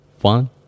One